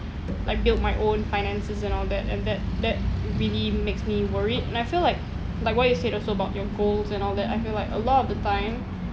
like build my own finances and all that and that that really makes me worried and I feel like like what you said also about your goals and all that I feel like a lot of the time